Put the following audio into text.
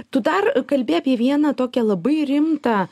tu dar kalbi apie vieną tokią labai rimtą